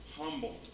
humbled